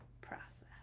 process